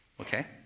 okay